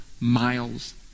miles